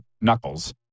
knuckles